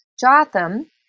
Jotham